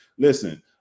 listen